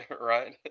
right